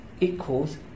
equals